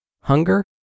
hunger